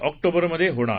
ऑक्टोबरमधे होणार